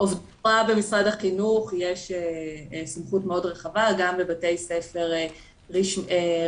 במשרד החינוך יש סמכות מאוד רחבה גם בבתי ספר רשמיים,